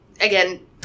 again